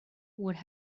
would